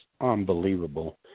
unbelievable